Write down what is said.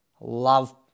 love